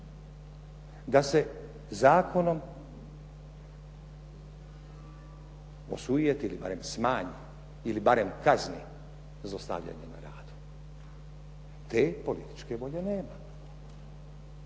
da se zakonom osujeti ili barem smanji, ili barem kazni zlostavljanje na radu. Te političke volje nema.